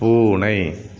பூனை